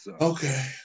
Okay